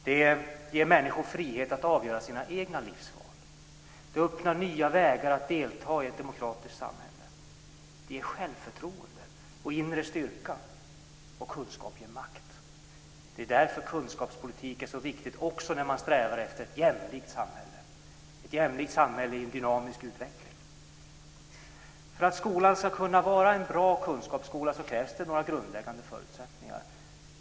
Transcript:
Det ger människor frihet att göra sina egna livsval, det öppnar nya vägar att delta i ett demokratiskt samhälle, det ger självförtroende och inre styrka, och kunskap ger makt. Det är därför kunskapspolitik är så viktigt också när man strävar efter ett jämlikt samhälle i en dynamisk utveckling. För att skolan ska kunna vara en bra kunskapsskola krävs det några grundläggande förutsättningar.